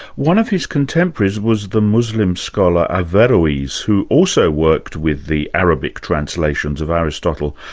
one of his contemporaries was the muslim scholar averroes, who also worked with the arabic translations of aristotle.